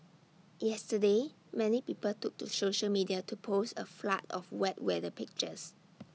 yesterday many people took to social media to post A flood of wet weather pictures